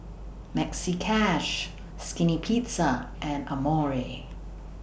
Maxi Cash Skinny Pizza and Amore